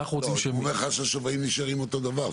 לא, הוא אומר לך שהשווי נשאר אותו דבר.